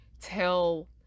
tell